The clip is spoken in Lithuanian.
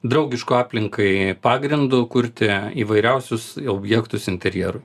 draugišku aplinkai pagrindu kurti įvairiausius objektus interjero